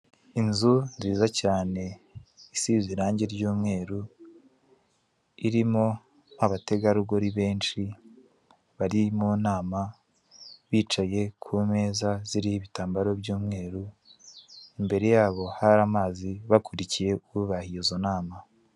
Inzu nziza cyane isize irangi ry'umweru, irimo abategarugori benshi bari mu nama. Bicaye ku meza ziriho ibitambaro by'umweru, imbere yabo hari amazi; bakurikiye ubaha izo nama.